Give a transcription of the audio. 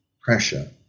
pressure